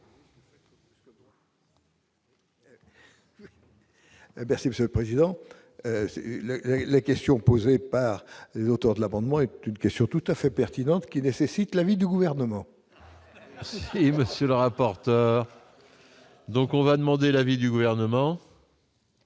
Monsieur le Président, c'est le la question posée par l'auteur de l'amendement est une question tout à fait pertinente qui nécessite l'avis du gouvernement. Et monsieur le rapporteur. Donc, on va demander l'avis du gouvernement.